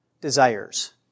desires